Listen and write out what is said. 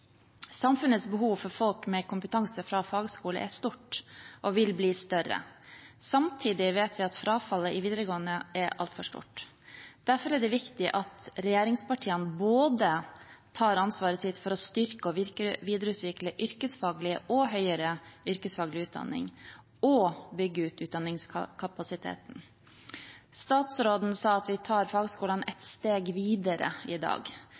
Samfunnets behov for folk med kompetanse fra fagskole er stort og vil bli større. Samtidig vet vi at frafallet i videregående er altfor stort. Derfor er det viktig at regjeringspartiene tar både ansvaret for å styrke og videreutvikle yrkesfaglig og høyere yrkesfaglig utdanning og for å bygge ut utdanningskapasiteten. Statsråden sa at vi tar fagskolene et steg videre i dag.